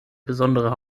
besondere